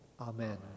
Amen